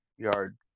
yard